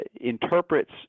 interprets